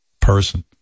person